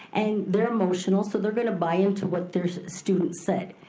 and they're emotional so they're gonna buy into what their student said.